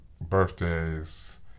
birthdays